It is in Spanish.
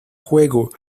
juego